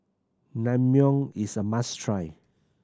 naengmyeon is a must try